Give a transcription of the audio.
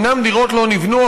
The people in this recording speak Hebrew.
אומנם דירות לא נבנו,